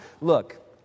Look